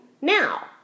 now